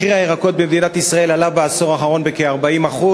מחיר הירקות עלה בעשור האחרון בכ-40%,